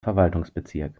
verwaltungsbezirk